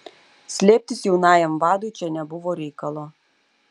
slėptis jaunajam vadui čia nebuvo reikalo